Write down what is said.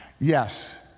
Yes